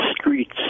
streets